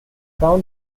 crown